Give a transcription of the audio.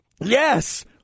Yes